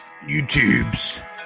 YouTubes